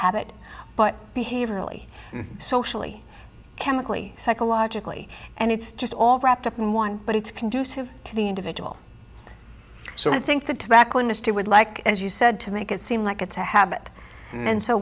habit but behaviorally socially chemically psychologically and it's just all wrapped up in one but it's conducive to the individual so i think the tobacco industry would like as you said to make it seem like it's a habit and so